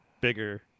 bigger